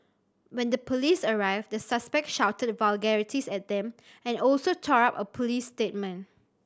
when the police arrived the suspect shouted vulgarities at them and also tore up a police statement